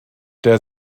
der